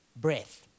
breath